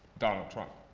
donald trump,